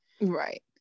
right